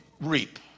reap